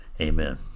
Amen